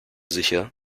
sicher